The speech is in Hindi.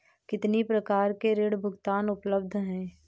कितनी प्रकार के ऋण भुगतान उपलब्ध हैं?